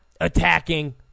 attacking